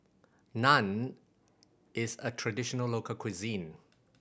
naan is a traditional local cuisine